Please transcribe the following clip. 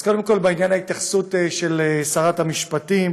קודם כול, ההתייחסות של שרת המשפטים: